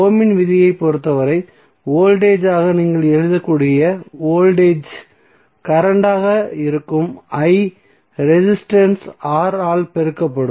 ஓமின் விதியைப் பொறுத்தவரை வோல்ட்டேஜ்க்காக நீங்கள் எழுதக்கூடிய வோல்டேஜ் கரண்டாக இருக்கும் I ரெசிஸ்டன்ஸ் R ஆல் பெருக்கப்படும்